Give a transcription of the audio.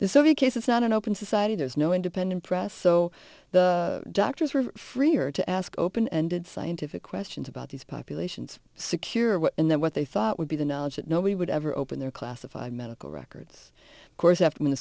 soviet case is not an open society there's no independent press so the doctors were freer to ask open ended scientific questions about these populations secure what and then what they thought would be the knowledge that nobody would ever open their classified medical records of course after the